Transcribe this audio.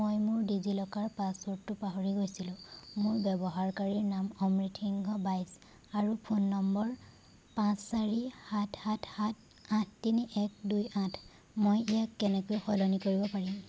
মই মোৰ ডিজিলকাৰ পাছৱৰ্ডটো পাহৰি গৈছিলো মোৰ ব্যৱহাৰকাৰীৰ নাম অমিত সিংহ বাইছ আৰু ফোন নম্বৰ পাঁচ চাৰি সাত সাত সাত আঠ তিনি এক দুই আঠ মই ইয়াক কেনেকৈ সলনি কৰিব পাৰিম